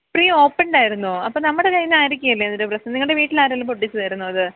pre opened ആയിരുന്നോ അപ്പം നമ്മുടെ കയ്യിൽ നിന്നായിരിക്കില്ല അതിൻ്റെ പ്രശ്നം നിങ്ങളുടെ വീട്ടിൽ ആരെങ്കിലും പൊട്ടിച്ചതായിരുന്നോ അത്